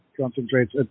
concentrates